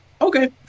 Okay